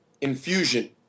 infusion